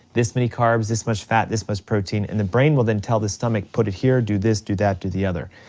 this many carbs, this much fat, this much protein, and the brain will then tell the stomach, put it here do this, do that, do the other.